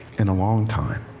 in a long time.